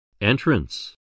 Entrance